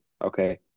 Okay